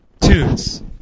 tunes